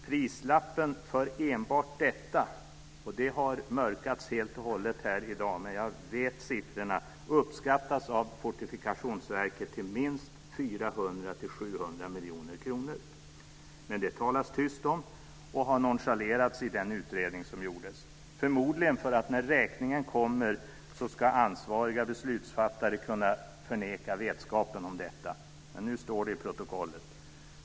Prislappen enbart för detta - detta har mörkats helt och hållet här i dag, men jag vet siffrorna - uppskattas av Fortifikationsverket till minst 400-700 miljoner kronor. Detta talas det tyst om, och det har nonchalerats i den utredning som gjordes - förmodligen för att ansvariga beslutsfattare när räkningen kommer ska kunna förneka vetskap om detta. Men nu står det i protokollet.